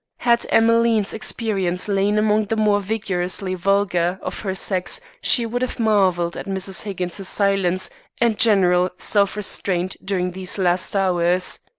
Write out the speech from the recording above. had emmeline's experience lain among the more vigorously vulgar of her sex she would have marvelled at mrs. higgins's silence and general self-restraint during these last hours.